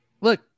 look